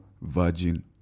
virgin